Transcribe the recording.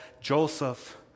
Joseph